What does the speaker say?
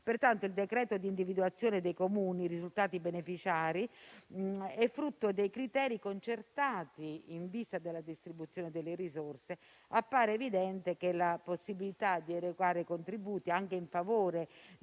Pertanto, il decreto di individuazione dei Comuni risultati beneficiari è frutto dei criteri concertati in vista della distribuzione delle risorse. Appare evidente che la possibilità di erogare contributi anche in favore